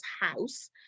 house